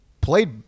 played